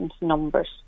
numbers